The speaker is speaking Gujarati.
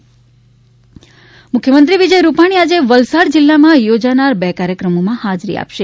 મુખ્યમંત્રી વલસાડ મુખ્યમંત્રી વિજય રૂપાણી આજે વલસાડ જિલ્લામાં યોજાનારા બે કાર્યક્રમોમાં હાજરી આપશે